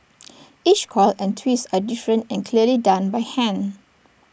each coil and twist are different and clearly done by hand